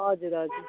हजुर हजुर